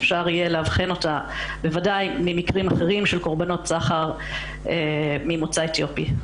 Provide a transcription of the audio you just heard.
אפשר יהיה לאבחן אותה בוודאי ממקרים אחרים של קורבנות סחר ממוצא אתיופי.